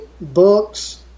books